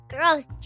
Gross